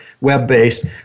web-based